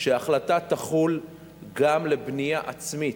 שההחלטה תחול גם על בנייה עצמית.